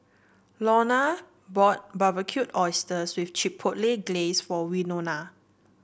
Launa bought Barbecued Oysters with Chipotle Glaze for Winona